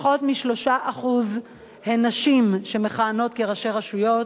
פחות מ-3% נשים מכהנות כראשי רשויות,